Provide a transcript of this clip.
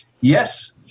yes